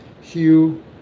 Hugh